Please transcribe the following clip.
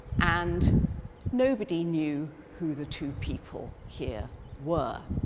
and nobody knew who the two people here were.